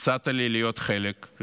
הצעת לי להיות חלק,